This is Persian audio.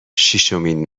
شیشمین